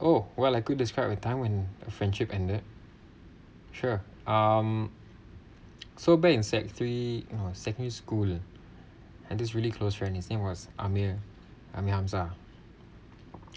oh well I could describe a time when the friendship ended sure um so back in sec~ three no secondary school and this really close friend his name was amir amir hamzah